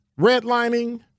redlining